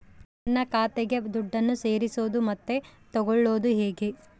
ನನ್ನ ಖಾತೆಗೆ ದುಡ್ಡನ್ನು ಸೇರಿಸೋದು ಮತ್ತೆ ತಗೊಳ್ಳೋದು ಹೇಗೆ?